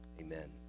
Amen